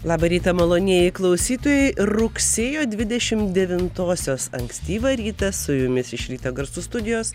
labą rytą malonieji klausytojai rugsėjo dvidešim devintosios ankstyvą rytą su jumis iš ryto garsų studijos